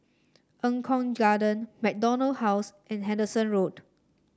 Eng Kong Garden MacDonald House and Henderson Road